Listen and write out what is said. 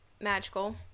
magical